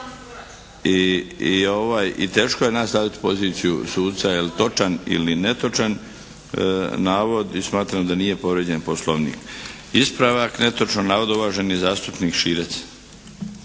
I teško je nas staviti u poziciju suca jel' točan ili netočan navod i smatram da nije povrijeđen Poslovnik. Ispravak netočnog navoda, uvaženi zastupnik Širac.